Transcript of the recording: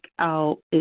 out